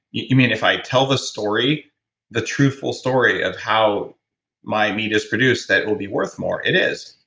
you mean if i tell the story the truthful story of how my meat is produced, that it will be worth more? it is.